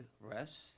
rest